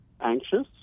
anxious